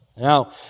Now